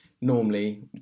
normally